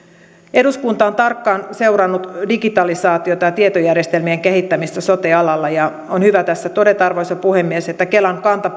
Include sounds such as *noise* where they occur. eduskunta on tarkkaan seurannut digitalisaatiota ja tietojärjestelmien kehittämistä sote alalla ja on hyvä tässä todeta arvoisa puhemies että kelan kanta *unintelligible*